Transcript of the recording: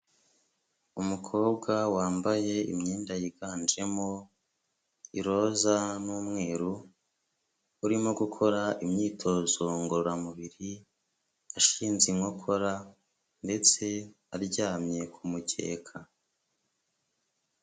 Umukobwa wambaye imyenda yiganjemo, iroza n'umweru, urimo gukora imyitozo ngororamubiri, yashinze inkokora ndetse aryamye ku mukeka.